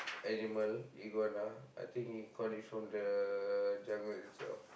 animal iguana I think he caught it from the jungle itself